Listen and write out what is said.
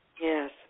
Yes